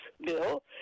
Bill